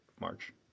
march